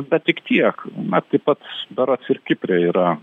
bet tik tiek na taip pat berods ir kipre yra